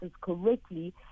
correctly